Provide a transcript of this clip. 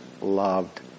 loved